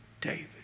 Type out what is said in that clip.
David